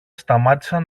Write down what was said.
σταμάτησαν